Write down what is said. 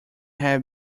have